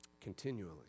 continually